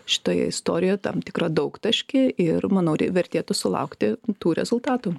šitoje istorijoje tam tikrą daugtaškį ir manau vertėtų sulaukti tų rezultatų